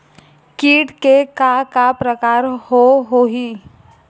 कीट के का का प्रकार हो होही?